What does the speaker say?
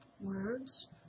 Words